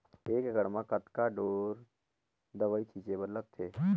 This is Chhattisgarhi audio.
एक एकड़ म कतका ढोल दवई छीचे बर लगथे?